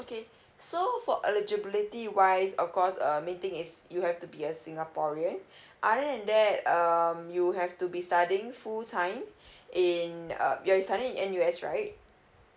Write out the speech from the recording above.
okay so for eligibility wise of course uh main thing is you have to be a singaporean other than that um you have to be studying full time in uh you are studying in N_U_S right